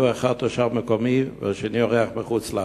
אחד היה תושב מקומי והשני היה אורח מחוץ-לארץ.